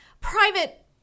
private